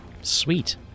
sweet